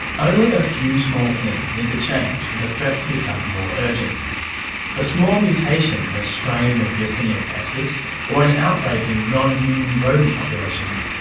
only a few small things need to change for the threat to become more urgent a small mutation in a strain of yersinia pestis, or an outbreak in non-immune rodent populations,